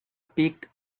picked